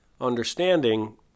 understanding